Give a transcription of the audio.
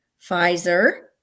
Pfizer